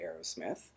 aerosmith